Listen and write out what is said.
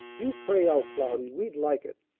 you pray out, cloudy. we'd like it.